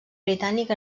britànic